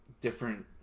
different